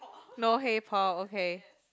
no hey Paul okay